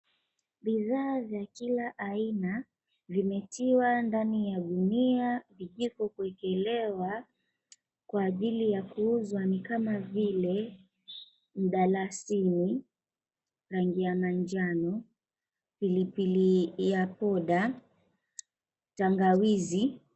Bidhaa za kila aina, vimetiwa ndani ya gunia vijiko kuekelewa kwa ajili ya kuuzwa ni kama vile mdalasini, rangi ya manjano, pilipili ya poda, tangawizi.